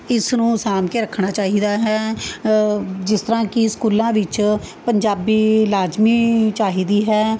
ਇਸ ਨੂੰ ਸਾਂਭ ਕੇ ਰੱਖਣਾ ਚਾਹੀਦਾ ਹੈ ਜਿਸ ਤਰ੍ਹਾਂ ਕਿ ਸਕੂਲਾਂ ਵਿੱਚ ਪੰਜਾਬੀ ਲਾਜ਼ਮੀ ਚਾਹੀਦੀ ਹੈ